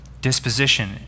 disposition